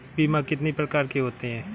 बीमा कितनी प्रकार के होते हैं?